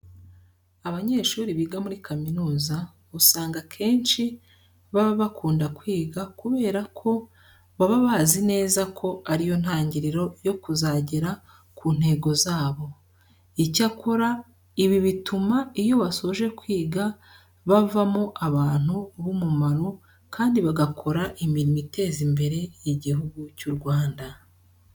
Abanyeshuri biga muri kaminuza usanga akenshi baba bakunda kwiga kubera ko baba bazi neza ko ari yo ntangiriro yo kuzagera ku ntego zabo. Icyakora ibi bituma iyo basoje kwiga bavamo abantu b'umumaro kandi bagakora imirimo iteza imbere Igihugu cy'u Rwanda.